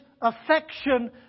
affection